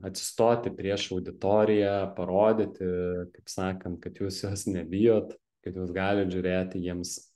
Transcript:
atsistoti prieš auditoriją parodyti kaip sakant kad jūs jos nebijot kad jūs galit žiūrėti jiems